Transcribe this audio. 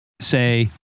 say